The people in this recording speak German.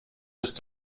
ist